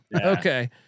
okay